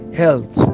health